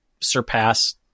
surpass –